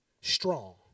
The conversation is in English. strong